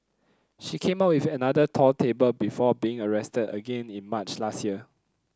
she came up with another tall tale before being arrested again in March last year